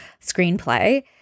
screenplay